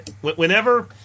Whenever